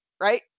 right